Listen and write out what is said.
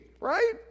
Right